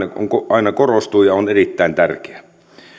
aina korostuu ja on erittäin tärkeä